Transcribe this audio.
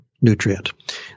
nutrient